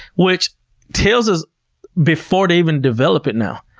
which tells us before they even develop it now.